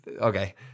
Okay